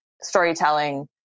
storytelling